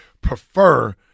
prefer